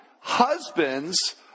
husbands